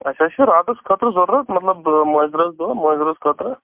اَسہِ حظ چھُ راتَس خٲطرٕ ضروٗرت مطلب مٲنٛزِ رٲژ دۄہ مٲنٛزِ رٲژ خٲطرٕ